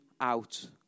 out